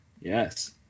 Yes